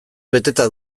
beteta